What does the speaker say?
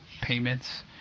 payments